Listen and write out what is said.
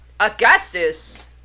Augustus